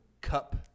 cup